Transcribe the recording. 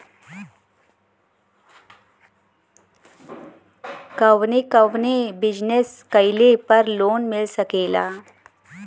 कवने कवने बिजनेस कइले पर लोन मिल सकेला?